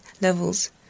levels